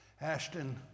Ashton